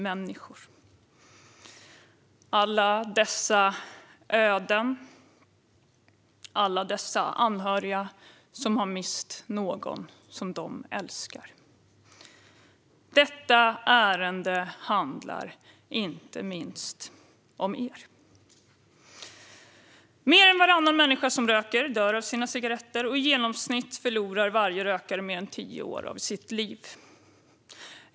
Tänk er alla dessa öden och alla dessa anhöriga som mist någon de älskar! Detta ärende handlar inte minst om dem. Mer än varannan människa som röker dör av sina cigaretter, och i genomsnitt förlorar varje rökare mer än tio år av sitt liv.